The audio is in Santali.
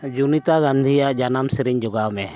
ᱡᱚᱱᱤᱛᱟ ᱜᱟᱱᱫᱷᱤᱭᱟᱜ ᱥᱟᱱᱟᱢ ᱥᱮᱨᱮᱧ ᱡᱳᱜᱟᱣ ᱢᱮ